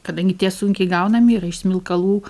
kadangi tie sunkiai gaunami yra iš smilkalų